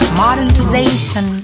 modernization